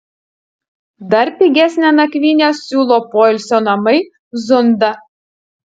dar pigesnę nakvynę siūlo poilsio namai zunda